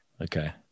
Okay